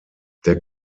der